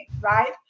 right